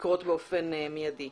לקרות באופן מיידי.